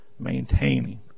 maintaining